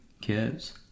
kids